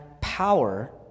power